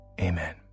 amen